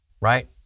Right